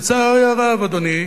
לצערי הרב, אדוני,